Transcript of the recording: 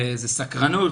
וזה סקרנות,